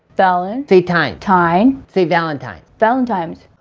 valen. say tine. tine. say valentines. valentimes.